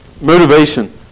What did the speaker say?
motivation